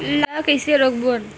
ला कइसे रोक बोन?